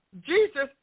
Jesus